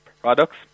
products